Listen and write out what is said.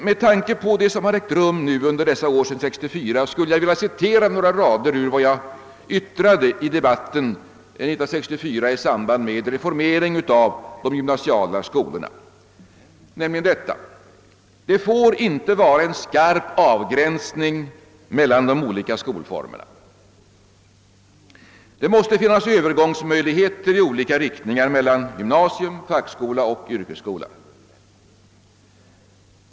Med tanke på det som ägt rum under dessa år sedan 1964 skulle jag vilja citera några rader ur vad jag yttrade i debatten 1964 i samband med reformeringen av de gymnasiala skolorna: »Det får inte vara en skarp avgränsning mellan de olika skolformerna ———. Det måste finnas övergångsmöjligheter i olika riktningar mellan gymnasium, fackskola och yrkesskola.